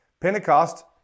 Pentecost